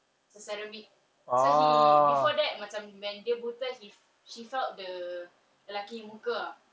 ce~ ceramic so he before that macam when dia buta he she felt the lelaki muka ah